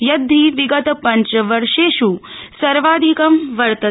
यद्धि विगत पञ्चवर्षेष् सर्वाधिकं वर्तते